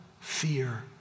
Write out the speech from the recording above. Fear